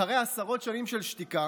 אחרי עשרות שנים של שתיקה